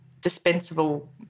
dispensable